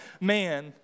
Man